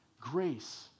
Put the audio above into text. grace